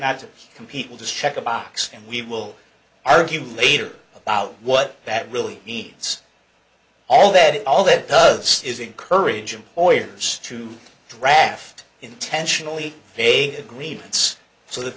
not to compete with to check a box and we will argue later about what that really needs all that all that does is encourage employers to draft intentionally they agreed it's so that